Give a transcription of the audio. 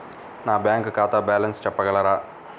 నా బ్యాంక్ ఖాతా బ్యాలెన్స్ చెప్పగలరా?